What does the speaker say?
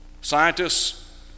Scientists